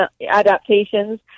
adaptations